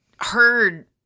heard